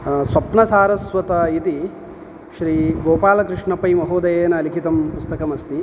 सप्नसारस्वतम् इति श्री गोपालकृष्ण पै महोदयेन लिखितं पुस्तकमस्ति